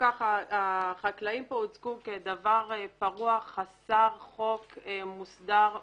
החקלאים הוצגו כדבר חסר חוק ולא מוסדר.